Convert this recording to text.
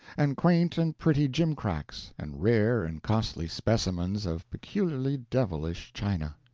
and quaint and pretty gimcracks, and rare and costly specimens of peculiarly devilish china.